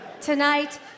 Tonight